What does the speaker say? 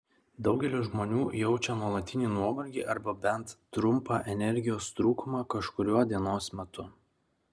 daugelis žmonių jaučia nuolatinį nuovargį arba bent trumpą energijos trūkumą kažkuriuo dienos metu